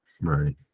Right